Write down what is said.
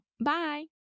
Bye